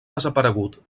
desaparegut